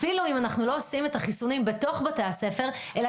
אפילו אם אנו לא עושים את החיסונים בתוך בתי הספר אלא